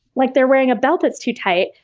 like they're wearing a belt that's too tight.